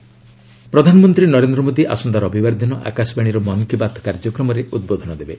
PM Mann Ki Baat ପ୍ରଧାନମନ୍ତ୍ରୀ ନରେନ୍ଦ୍ର ମୋଦି ଆସନ୍ତା ରବିବାର ଦିନ ଆକାଶବାଣୀର ମନ୍ କି ବାତ୍ କାର୍ଯ୍ୟକ୍ରମରେ ଉଦ୍ବୋଧନ ଦେବେ